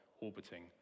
orbiting